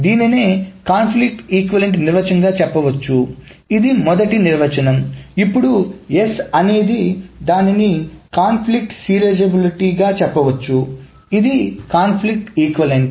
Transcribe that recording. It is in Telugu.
దీనినే కాన్ఫ్లిక్ట్ ఈక్వలెంట్ నిర్వచనం గా చెప్పవచ్చు ఇది మొదటి నిర్వచనం ఇప్పుడు S అనేది దానిని కాన్ఫ్లిక్ట్ సీరియలైజేబుల్గా చెప్పవచ్చు ఇది కాన్ఫ్లిక్ట్ ఈక్వలెంట్